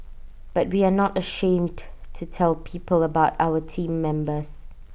but we are not ashamed to tell people about our Team Members